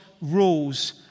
rules